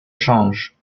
change